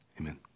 Amen